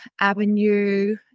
Avenue